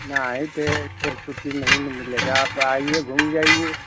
नहीं ते तेर छुट्टी नहीं न मिलेगा आप आइए घूम जाइए